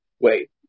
Wait